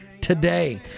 today